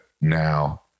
now